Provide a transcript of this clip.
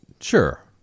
Sure